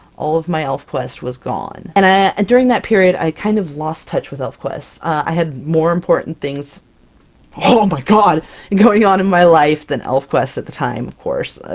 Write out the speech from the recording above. all of my elfquest was gone. and during that period, i kind of lost touch with elfquest. i had more important things oh my god and going on in my life than elfquest at the time. of course,